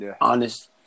honest